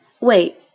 Wait